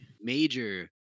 major